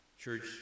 Church